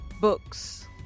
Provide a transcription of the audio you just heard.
books